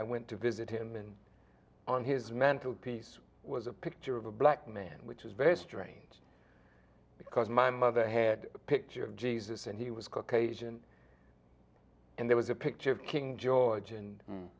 i went to visit him and on his mantel piece was a picture of a black man which was very strange because my mother had a picture of jesus and he was cook asian and there was a picture of king georg